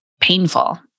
painful